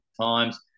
times